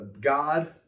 God